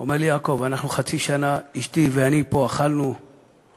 הוא אמר לי: יעקב, חצי שנה אני ואשתי אכלנו פה